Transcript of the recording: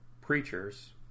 preachers